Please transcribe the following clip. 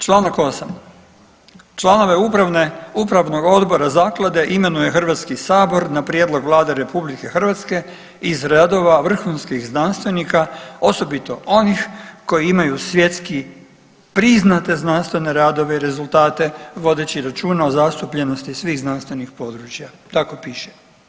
Čl. 8., „Članove upravnog odbora zaklade imenuje HS na prijedlog Vlade RH iz redova vrhunskih znanstvenika osobito onih koji imaju svjetski priznate znanstvene radove i rezultate vodeći računa o zastupljenosti svih znanstvenih područja“, tako piše.